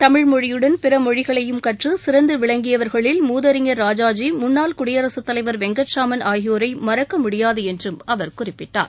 தமிழ் மொழியுடன் பிற மொழிகளையும் கற்று சிறந்து விளங்கியவர்களில் மூதறிஞர் ராஜாஜி முன்னாள் குடியரசுத் தலைவர் வெங்கட்ராமன் ஆகியோரை மறக்க முடியாது என்று அவர் குறிப்பிட்டார்